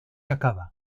acaba